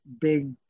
big